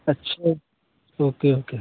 अच्छा okay okay